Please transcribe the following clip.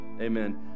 amen